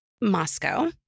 Moscow